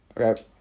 Okay